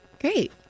Great